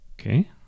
Okay